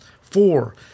Four